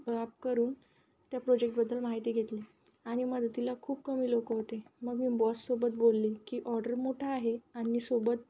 करून त्या प्रोजेक्टबद्दल माहिती घेतली आणि मदतीला खूप कमी लोक होते मग मी बॉससोबत बोलली की ऑर्डर मोठा आहे आणि सोबत